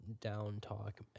down-talk